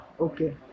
Okay